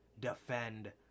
defend